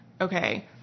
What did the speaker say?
okay